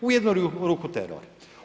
U jednu ruku teror.